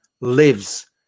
lives